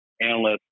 analysts